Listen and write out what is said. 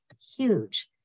huge